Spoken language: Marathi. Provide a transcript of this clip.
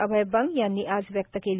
अभय बंग यांनी आज व्यक्त केली